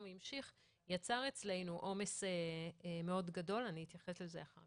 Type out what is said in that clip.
המשיך יצר אצלנו עומס מאוד גדול ואתייחס לזה אחר-כך.